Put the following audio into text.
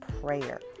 prayer